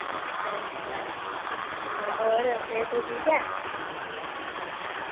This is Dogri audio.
अच्छा अच्छा होर सेह्त ठीक ऐ